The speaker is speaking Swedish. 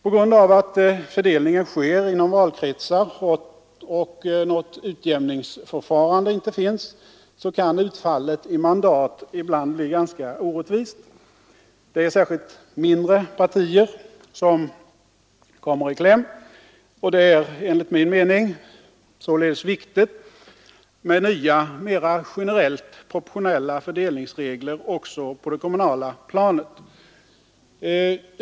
På grund av att fördelningen sker inom valkretsar och något utjämningsförfarande inte finns, kan utfallet i mandat ibland bli ganska orättvist. Det är särskilt mindre partier som kommer i kläm. Det är således viktigt med nya, mera generellt proportionella fördelningsregler också på det kommunala planet.